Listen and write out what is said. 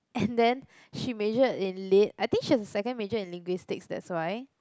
and then she majored in lit I think she has a second major in linguistics that's why